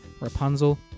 Rapunzel